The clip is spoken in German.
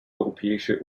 europäische